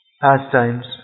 pastimes